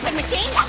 machine.